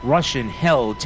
Russian-held